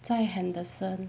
在 henderson